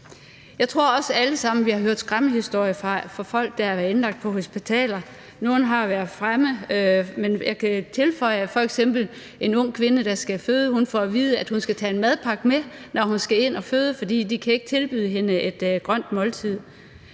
Jeg tror også, at vi alle sammen har hørt skrækhistorier fra folk, der har været indlagt på hospitalet. Nogle af dem har været fremme, men jeg kan f.eks. tilføje en historie om en ung kvinde, der skal føde, og som får at vide, at hun skal tage en madpakke med, når hun skal ind at føde, fordi de ikke kan tilbyde hende et grønt måltid,